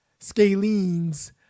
scalenes